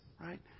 right